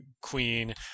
queen